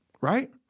right